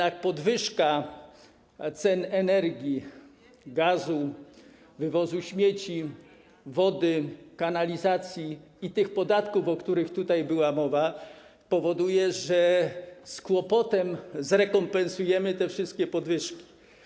Ale podwyżka cen energii, gazu, wywozu śmieci, wody, kanalizacji i tych podatków, o których tutaj była mowa, powoduje, że z kłopotem zrekompensujemy te wszystkie podwyżki.